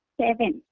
seven